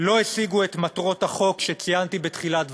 לא השיגו את מטרות החוק שציינתי בתחילת דברי.